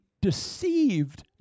deceived